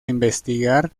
investigar